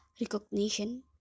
recognition